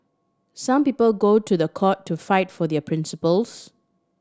some people go to the court to fight for their principles